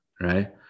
right